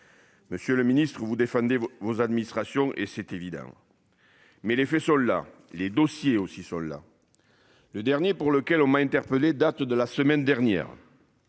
Monsieur le Ministre vous défendez vos administrations et c'est évident. Mais les faits sont là, les dossiers aussi là. Le dernier pour lequel on m'a interpellé, date de la semaine dernière.